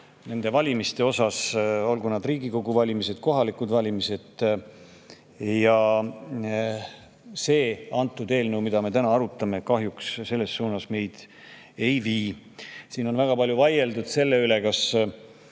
valimiste vastu, olgu need Riigikogu valimised või kohalikud valimised. Eelnõu, mida me täna arutame, kahjuks selles suunas meid ei vii. Siin on väga palju vaieldud selle üle, kas